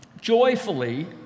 joyfully